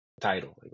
title